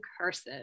cursive